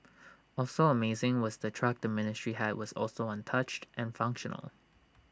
also amazing was the truck the ministry had was also untouched and functional